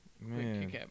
man